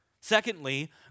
Secondly